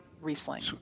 Riesling